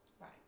Right